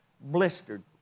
blistered